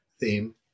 theme